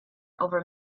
over